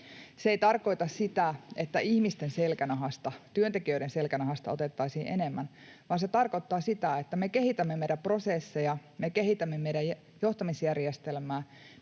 Se ei tarkoita sitä, että ihmisten selkänahasta, työntekijöiden selkänahasta, otettaisiin enemmän, vaan se tarkoittaa sitä, että me kehitämme meidän prosesseja, me kehitämme meidän johtamisjärjestelmää,